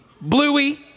Bluey